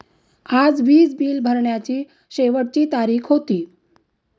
आज वीज बिल भरण्याची शेवटची तारीख होती